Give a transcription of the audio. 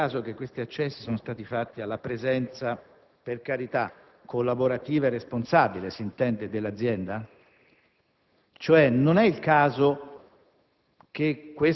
Non è per caso che essi sono stati fatti alla presenza - per carità, collaborativa e responsabile, si intende - dell'azienda? Non è che